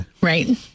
right